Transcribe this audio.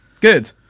Good